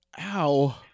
Ow